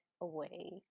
away